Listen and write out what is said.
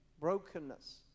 brokenness